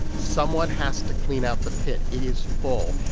someone has to clean out the pit. it is full.